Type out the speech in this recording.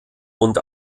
und